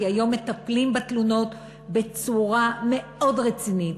כי היום מטפלים בתלונות בצורה מאוד רצינית,